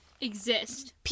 exist